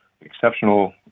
exceptional